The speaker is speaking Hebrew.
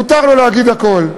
מותר לו להגיד הכול.